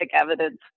evidence